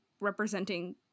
representing